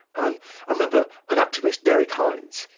and i remember an activist derrick hines,